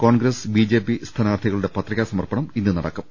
Congress B J P സ്ഥാനാർത്ഥികളുടെ പത്രികാസമർപ്പണം ഇന്ന് നടക്കും